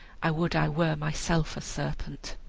i would i were myself a serpent.